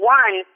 one